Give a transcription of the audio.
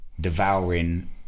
devouring